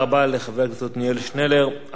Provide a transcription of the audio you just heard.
הדובר הבא הוא חבר הכנסת אברהים צרצור,